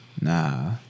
Nah